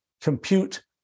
compute